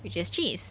which is cheese